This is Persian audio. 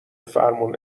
فرمون